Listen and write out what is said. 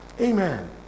Amen